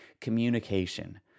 communication